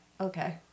Okay